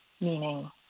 Meaning